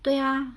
对呀